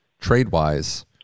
trade-wise